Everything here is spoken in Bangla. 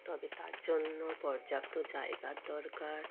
তবে তার জন্য পর্যাপ্ত জায়গার দরকার